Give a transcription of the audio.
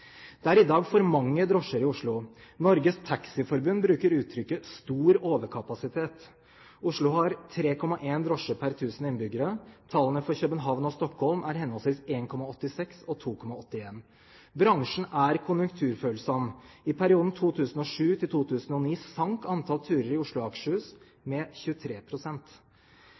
Det er i dag for mange drosjer i Oslo. Norges Taxiforbund bruker uttrykket stor overkapasitet. Oslo har 3,1 drosjer per 1 000 innbyggere. Tallene for København og Stockholm er henholdsvis 1,86 og 2,81. Bransjen er konjunkturfølsom. I perioden 2007–2009 sank antall turer i Oslo og Akershus med